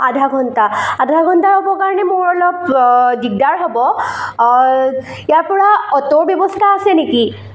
আধাঘণ্টা আধাঘণ্টা ৰ'বৰ কাৰণে মোৰ অলপ দিগদাৰ হ'ব ইয়াৰপৰা অ'টৰ ব্যৱস্থা আছে নেকি